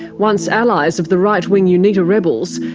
once allies of the right-wing unita rebels,